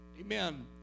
Amen